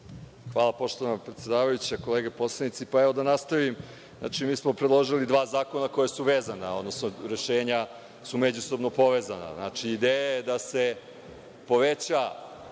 Hvala, poštovana predsedavajuća. Kolege poslanici, pa evo, da nastavim. Mi smo predložili dva zakona koja su vezana, odnosno rešenja su međusobno povezana. Ideja je da se poveća